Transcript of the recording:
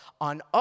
on